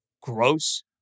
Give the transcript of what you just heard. gross